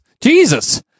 Jesus